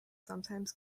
sometimes